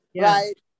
right